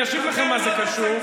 אני אשיב לכם מה זה קשור.